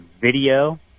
video